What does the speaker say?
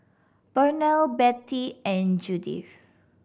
Pernell Betty and Judyth